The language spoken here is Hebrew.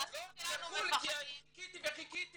--- ולקחו לי כי חיכיתי וחיכיתי.